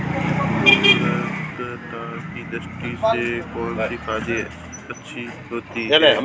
उर्वरकता की दृष्टि से कौनसी खाद अच्छी होती है?